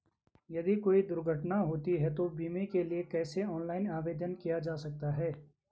यदि कोई दुर्घटना होती है तो बीमे के लिए कैसे ऑनलाइन आवेदन किया जा सकता है?